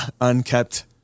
unkept